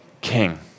King